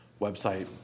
website